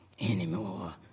anymore